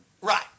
Right